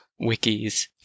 wikis